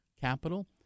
capital